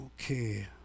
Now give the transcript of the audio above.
Okay